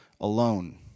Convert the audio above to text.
alone